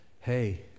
Hey